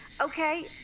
Okay